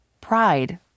Pride